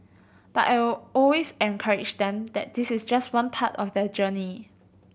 but I always encourage them that this is just one part of their journey